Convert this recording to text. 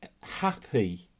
happy